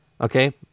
okay